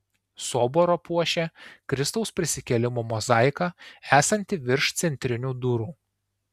soborą puošia kristaus prisikėlimo mozaika esanti virš centrinių durų